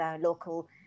local